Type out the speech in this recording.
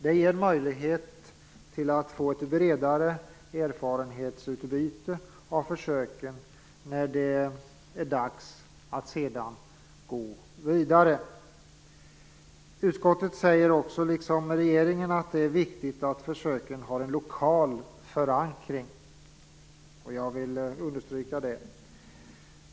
Det ger möjlighet att få ett bredare erfarenhetsutbyte av försöken när det är dags att sedan gå vidare. Utskottet säger också, liksom regeringen, att det är viktigt att försöken har en lokal förankring. Jag vill understryka det.